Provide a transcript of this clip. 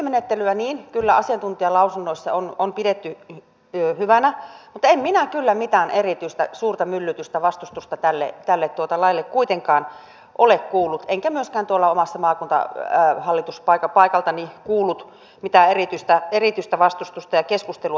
vaikka nykymenettelyä kyllä asiantuntijalausunnoissa on pidetty hyvänä niin en minä kyllä mitään erityistä suurta myllytystä vastustusta tälle laille kuitenkaan ole kuullut enkä myöskään omalta maakuntahallituspaikaltani kuullut mitään erityistä vastustusta ja keskustelua